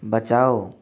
बचाओ